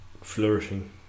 flourishing